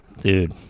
Dude